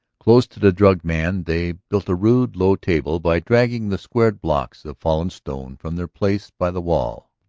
close to the drugged man they builded a rude low table by dragging the squared blocks of fallen stone from their place by the wall.